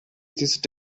these